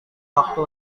waktu